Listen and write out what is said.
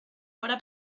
ahora